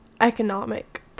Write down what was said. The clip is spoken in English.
economic